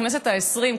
הכנסת העשרים,